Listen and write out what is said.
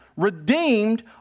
redeemed